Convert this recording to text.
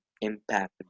impact